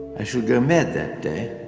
i shall go mad that day